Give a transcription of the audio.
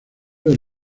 del